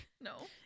No